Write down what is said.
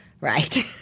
Right